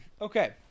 okay